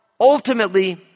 ultimately